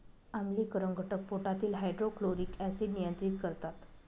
आम्लीकरण घटक पोटातील हायड्रोक्लोरिक ऍसिड नियंत्रित करतात